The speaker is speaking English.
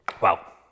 Wow